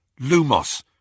Lumos